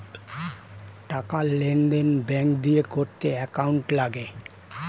টাকার লেনদেন ব্যাঙ্ক দিয়ে করতে অ্যাকাউন্ট লাগে